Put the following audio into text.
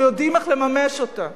אנחנו יודעים איך לממש אותה.